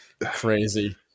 Crazy